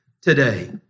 today